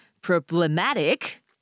problematic